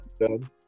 Done